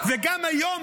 גם היום,